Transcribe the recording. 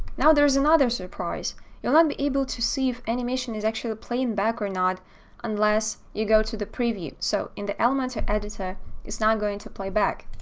now there is another surprise you'll not be able to see if animation is actually playing back or not unless you go to the preview. so, in the elementor editor it's not going to play back,